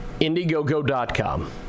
Indiegogo.com